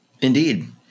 Indeed